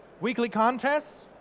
weekly contests,